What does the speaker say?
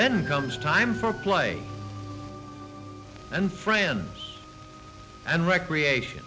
then comes time for play and friends and recreation